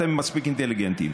אתם מספיק אינטליגנטים.